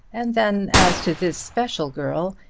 and then, as to this special girl,